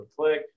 click